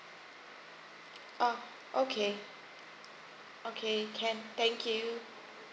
oh okay okay can thank you